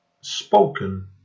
Spoken